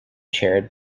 chaired